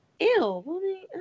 Ew